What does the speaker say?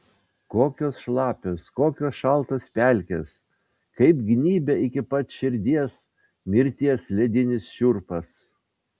kokios šlapios kokios šaltos pelkės kaip gnybia iki pat širdies mirties ledinis šiurpas